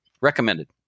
recommended